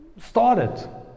started